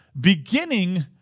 beginning